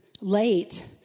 late